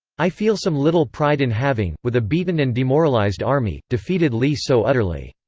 i feel some little pride in having, with a beaten and demoralized army, defeated lee so utterly.